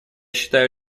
считаю